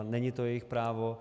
Není to jejich právo.